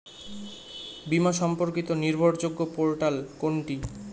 বীমা সম্পর্কিত নির্ভরযোগ্য পোর্টাল কোনটি?